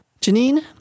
Janine